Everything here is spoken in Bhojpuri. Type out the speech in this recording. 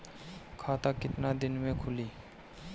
खाता कितना दिन में खुलि?